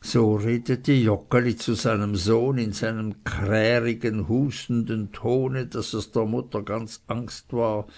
so redete joggeli zu seinem sohne in seinem kärigen hustenden tone daß es der mutter ganz angst war